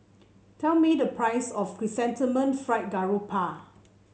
tell me the price of Chrysanthemum Fried Garoupa